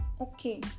Okay